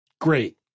Great